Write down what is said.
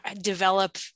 develop